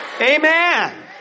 Amen